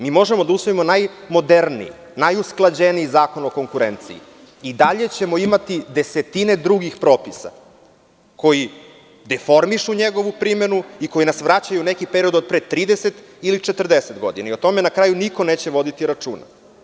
Mi možemo da usvojimo najmoderniji, najusklađeniji Zakon o konkurenciji i dalje ćemo imati desetine drugih propisa koji deformišu njegovu primenu i koji nas vraćaju u neki period od pre 30 ili 40 godina i o tome na kraju niko neće voditi računa.